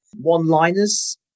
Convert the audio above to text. one-liners